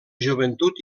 joventut